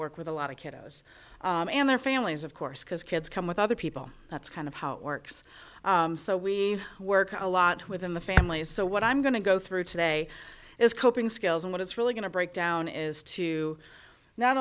work with a lot of kiddos and their families of course because kids come with other people that's kind of how it works so we work a lot within the families so what i'm going to go through today is coping skills and what it's really going to break down is to not